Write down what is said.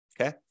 okay